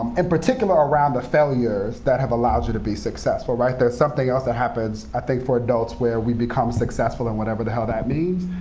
and particular around the failures that have allowed you to be successful. there's something else that happens, i think for adults, where we become successful, and whatever the hell that means,